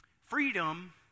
Freedom